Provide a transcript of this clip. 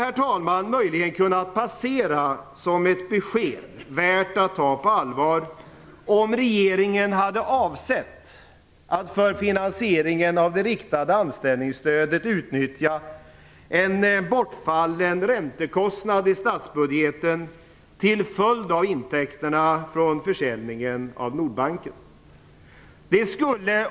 Det hade möjligen kunnat passera som ett besked värt att ta på allvar om regeringen hade avsett att för finansieringen av det riktade anställningsstödet utnyttja en bortfallen räntekostnad i statsbudgeten till följd av intäkterna från försäljningen av Nordbanken.